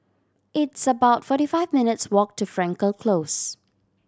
it's about forty five minutes' walk to Frankel Close